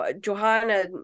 Johanna